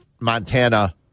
Montana